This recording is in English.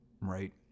right